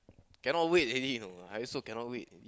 cannot wait already you know I also cannot wait already